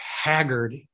haggard